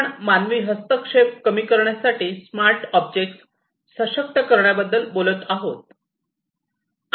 आपण मानवी हस्तक्षेप कमी करण्यासाठी स्मार्ट ऑब्जेक्ट्स सशक्त करण्याबद्दल बोलत आहोत